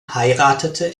heiratete